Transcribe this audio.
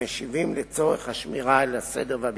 המשיבים לצורך השמירה על הסדר והביטחון.